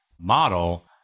model